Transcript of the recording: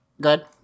good